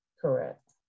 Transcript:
Correct